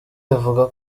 avuga